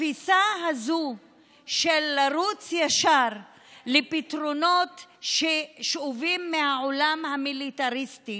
התפיסה הזאת של לרוץ ישר לפתרונות ששאובים מהעולם המיליטריסטי